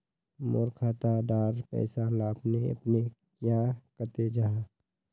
मोर खाता डार पैसा ला अपने अपने क्याँ कते जहा?